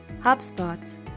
HubSpot